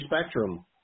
spectrum